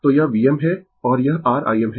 तो यह Vm है और यह r Im है